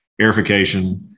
airification